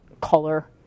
color